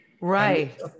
Right